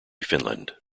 finland